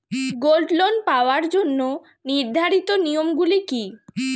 Gold loan পাওয়ার জন্য নির্ধারিত নিয়ম গুলি কি?